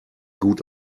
gut